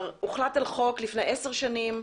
הוחלט על חוק לפני עשר שנים,